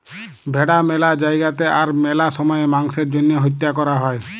ভেড়া ম্যালা জায়গাতে আর ম্যালা সময়ে মাংসের জ্যনহে হত্যা ক্যরা হ্যয়